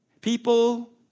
People